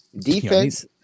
Defense